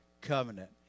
covenant